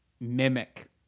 mimic